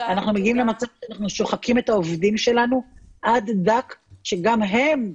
אנחנו שוחקים את העובדים שלנו עד דק שגם הם,